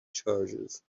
charges